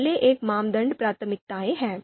पहले एक मानदंड प्राथमिकताएं हैं